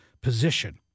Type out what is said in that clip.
position